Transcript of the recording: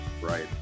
Right